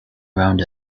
around